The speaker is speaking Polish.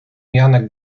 janek